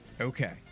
Okay